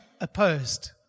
opposed